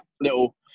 little